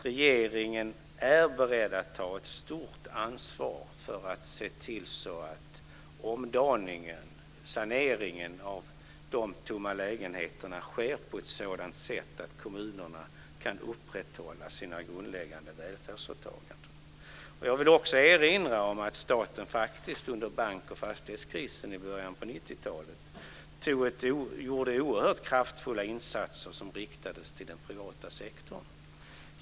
Regeringen är beredd att ta ett stort ansvar för att se till att omdaningen och saneringen av de tomma lägenheterna sker på ett sådant sätt att kommunerna kan upprätthålla sin grundläggande välfärdsåtaganden. Jag vill också erinra om att staten faktiskt under bank och fastighetskrisen i början på 90-talet gjorde oerhört kraftfulla insatser som riktades till den privata sektorn.